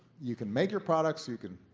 you can make your products, you can